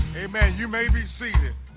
amen you may be seated